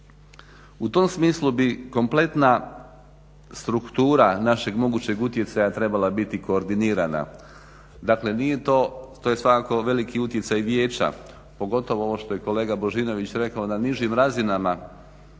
U tom smislu bi kompletna struktura našeg mogućeg utjecaja trebala biti koordinirana. Dakle, nije to, to je svakako veliki utjecaj vijeća pogotovo ovo što je kolega Božinović rekao na nižim razinama,